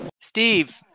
Steve